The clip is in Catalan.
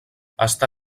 està